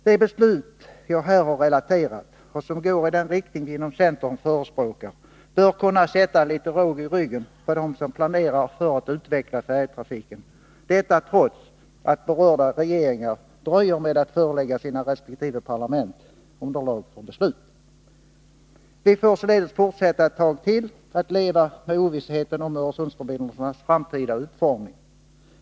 De beslut jag här har relaterat och som går i den riktning vi inom centern förespråkar bör kunna sätta litet råg i ryggen på dem som planerar för att utveckla färjetrafiken. Detta trots att berörda regeringar dröjer med att förelägga sina resp. parlament underlag för beslut. Vi får således fortsätta ett tag till att leva med ovissheten om Öresundsförbindelsernas framtida utformning.